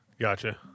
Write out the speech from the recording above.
Gotcha